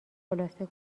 خلاصه